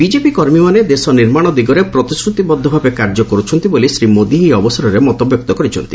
BJP କର୍ମୀମାନେ ଦେଶ ନିର୍ମାଣ ଦିଗରେ ପ୍ରତିଶ୍ରତିବଦ୍ଧ ଭାବେ କାର୍ଯ୍ୟ କରୁଛନ୍ତି ବୋଲି ଶ୍ରୀ ମୋଦି ଏହି ଅବସରରେ ମତବ୍ୟକ୍ତ କରିଛନ୍ତି